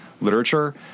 Literature